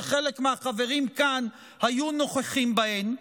שחלק מהחברים כאן היו נוכחים בהן,